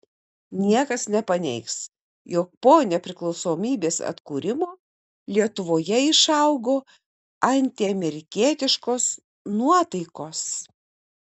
niekas nepaneigs jog po nepriklausomybės atkūrimo lietuvoje išaugo antiamerikietiškos nuotaikos